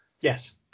yes